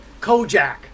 Kojak